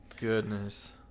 Goodness